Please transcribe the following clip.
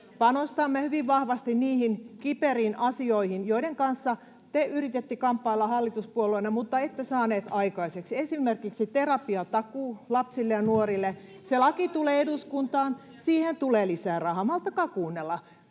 panostamme hyvin vahvasti niihin kiperiin asioihin, joiden kanssa te yrititte kamppailla hallituspuolueena mutta ette saaneet aikaiseksi, esimerkiksi terapiatakuu lapsille ja nuorille. [Krista Kiuru: Siis siirsitte hoitoonpääsyä